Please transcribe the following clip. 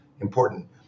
important